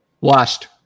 washed